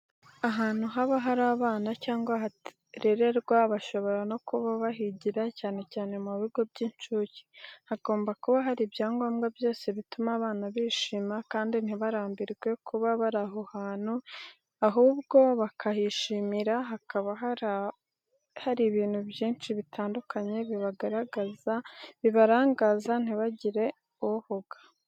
Ahantu haba hari abana cyangwa baharererwa bashobora no kuba bahigira cyane cyane mu bigo by'incuke, hagomba kuba hari ibyangombwa byose bituma abana bishima kandi ntibarambirwe kuba bari aho hantu ahubwo bakahishimira hakaba hari ibintu byinshi bitandukanye bibarangaza ntibagire ihuga.